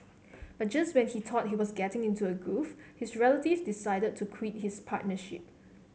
but just when he thought he was getting into a groove his relative decided to quit his partnership